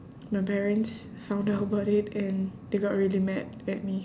my parents found out about it and they got really mad at me